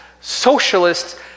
socialists